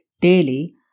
daily